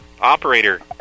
Operator